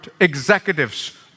executives